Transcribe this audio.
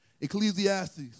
Ecclesiastes